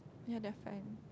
ya they're fine